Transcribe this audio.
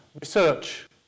research